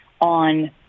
on